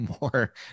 more